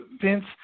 Vince